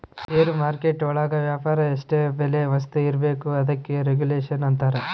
ಷೇರು market ಒಳಗ ವ್ಯಾಪಾರ ಎಷ್ಟ್ ಬೆಲೆ ವಸ್ತು ಇರ್ಬೇಕು ಅದಕ್ಕೆ ರೆಗುಲೇಷನ್ ಅಂತರ